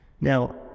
Now